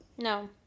No